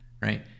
Right